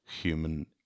human